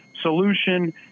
solution